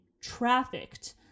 trafficked